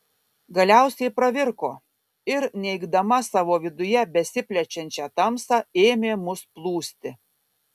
galiausiai pravirko ir neigdama savo viduje besiplečiančią tamsą ėmė mus plūsti